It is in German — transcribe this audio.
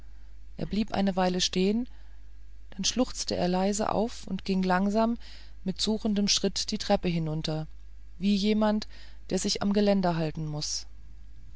er blieb eine weile stehen dann schluchzte er leise auf und ging langsam mit suchendem schritt die treppe hinunter wie jemand der sich am geländer halten muß